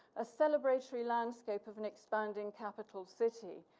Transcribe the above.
a celebratory landscape of an expanding capital city.